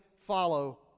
follow